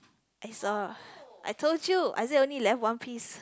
is a I told you I said only left one piece